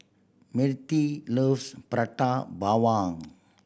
Mertie loves Prata Bawang